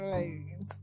Right